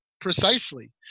precisely